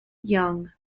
young